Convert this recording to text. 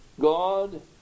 God